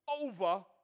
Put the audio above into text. over